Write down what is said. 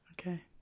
Okay